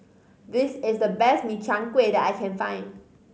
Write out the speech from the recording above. this is the best Min Chiang Kueh that I can find